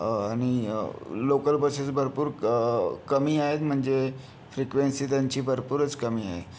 आणि local buses भरपूर क कमी आहेत म्हणजे फ्रीक्वेन्सी त्यांची भरपूरच कमी आहे